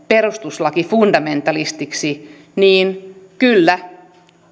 perustuslakifundamentalistiksi niin kyllä